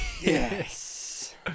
Yes